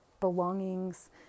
belongings